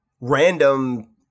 random